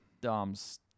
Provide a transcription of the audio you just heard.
Dom's